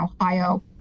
Ohio